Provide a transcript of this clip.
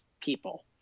people